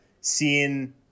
seeing